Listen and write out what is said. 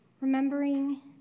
Remembering